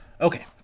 Okay